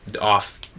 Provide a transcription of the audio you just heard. off